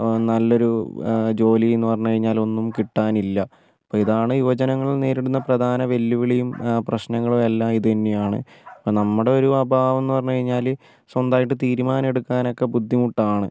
നല്ലൊരു ജോലി എന്ന് പറഞ്ഞുകഴിഞ്ഞാൽ ഒന്നും കിട്ടാനില്ല ഇതാണ് യുവജനങ്ങൾ നേരിടുന്ന പ്രധാന വെല്ലുവിളിയും പ്രശ്നങ്ങളും എല്ലാം ഇതുതന്നെയാണ് അപ്പം നമ്മുടെ ഒരു അഭാവം എന്ന് പറഞ്ഞുകഴിഞ്ഞാൽ സ്വന്തമായിട്ട് തീരുമാനം എടുക്കാനൊക്കെ ബുദ്ധിമുട്ടാണ്